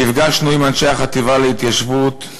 נפגשנו עם אנשי החטיבה להתיישבות,